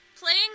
Playing